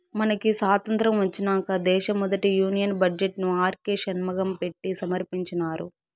మనకి సాతంత్రం ఒచ్చినంక దేశ మొదటి యూనియన్ బడ్జెట్ ను ఆర్కే షన్మగం పెట్టి సమర్పించినారు